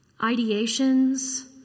Ideations